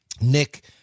Nick